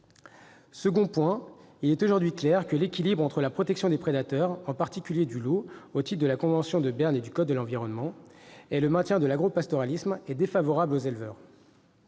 Ensuite, il est aujourd'hui clair que l'équilibre entre la protection des prédateurs- en particulier celle du loup au titre de la convention de Berne et du code de l'environnement -et le maintien de l'agropastoralisme est défavorable aux éleveurs.